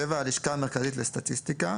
הלשכה המרכזית לסטטיסטיקה,